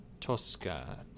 Tosca